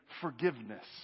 forgiveness